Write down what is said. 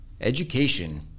Education